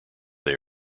they